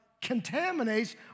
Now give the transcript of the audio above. contaminates